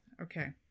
Okay